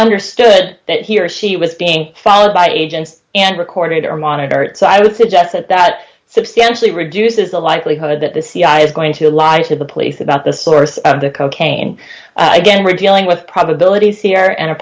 understood that he or she was being followed by agents and recorded or monitor it so i would suggest that that substantially reduces the likelihood that the cia is going to lie to the police about the source of the cocaine again we're dealing with probabilities here and a